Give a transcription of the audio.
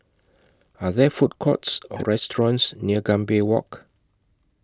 Are There Food Courts Or restaurants near Gambir Walk